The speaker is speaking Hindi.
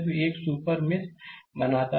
तो यह एक सुपर मेष बनाता है